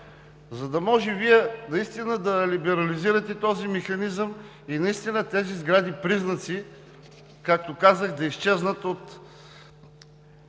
за да може наистина да либерализирате този механизъм и тези сгради – призраци, както казах, да изчезнат от